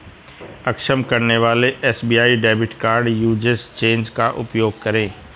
अक्षम करने वाले SBI debit card usage change का उपयोग करें